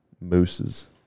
Mooses